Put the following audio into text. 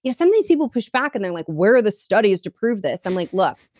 yeah some of these people push back, and they're like, where are the studies to prove this? i'm like, look,